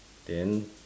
then